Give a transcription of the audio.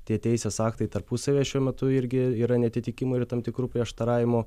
tie teisės aktai tarpusavyje šiuo metu irgi yra neatitikimų ir tam tikrų prieštaravimų